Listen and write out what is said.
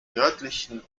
nördlichen